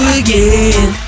again